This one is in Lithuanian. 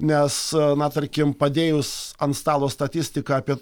nes na tarkim padėjus ant stalo statistiką apie